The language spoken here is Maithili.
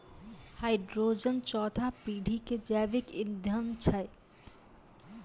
हाइड्रोजन चौथा पीढ़ी के जैविक ईंधन छै